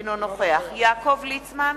אינו נוכח יעקב ליצמן,